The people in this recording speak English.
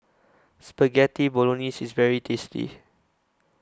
Spaghetti Bolognese IS very tasty